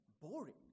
boring